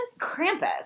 Krampus